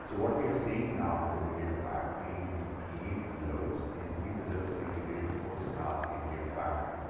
so what we are saying now is that we did a factory. you can create alerts and these alerts are integrated first-class in data factory.